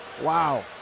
Wow